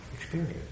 experience